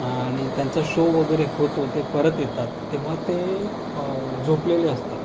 आणि त्यांचा शो वगरे होतो ते परत येतात तेव्हा ते जोपलेले असतात